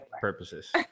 purposes